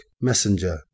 Messenger